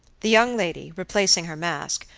the young lady, replacing her mask,